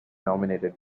nominated